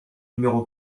numéro